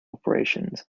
operations